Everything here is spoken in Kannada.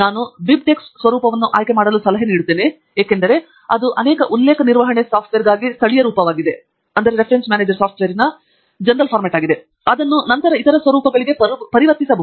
ನಾನು BibTeX ಸ್ವರೂಪವನ್ನು ಆಯ್ಕೆ ಮಾಡಲು ಸಲಹೆ ನೀಡುತ್ತೇನೆ ಏಕೆಂದರೆ ಅದು ಅನೇಕ ಉಲ್ಲೇಖ ನಿರ್ವಹಣೆ ಸಾಫ್ಟ್ವೇರ್ಗಾಗಿ ಸ್ಥಳೀಯ ಸ್ವರೂಪವಾಗಿದೆ ಮತ್ತು ಅದನ್ನು ನಂತರ ಇತರ ಸ್ವರೂಪಗಳಿಗೆ ಪರಿವರ್ತಿಸಬಹುದು